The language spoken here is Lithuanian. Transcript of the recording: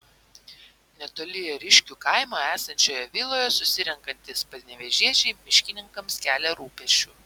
netoli ėriškių kaimo esančioje viloje susirenkantys panevėžiečiai miškininkams kelia rūpesčių